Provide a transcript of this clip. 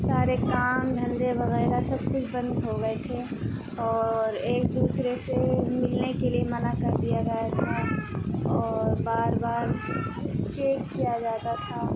سارے کام دھندے وغیرہ سب کچھ بند ہو گئے تھے اور ایک دوسرے سے ملنے کے لیے منع کر دیا گیا تھا اور بار بار چیک کیا جاتا تھا